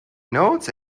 notes